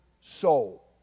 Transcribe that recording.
soul